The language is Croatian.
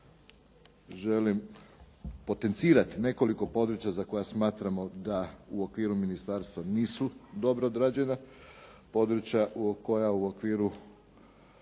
želim potencirati nekoliko područja za koja smatramo da u okviru ministarstva nisu dobro odrađena područja koja u okviru